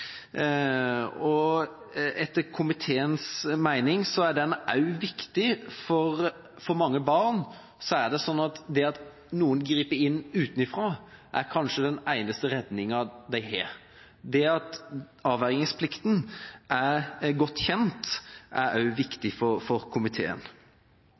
avvergingsplikten. Etter komiteens mening er denne viktig, for for mange barn er det at noen griper inn utenfra, kanskje den eneste redningen de har. Det at avvergingsplikten er godt kjent, er